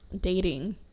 dating